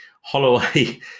Holloway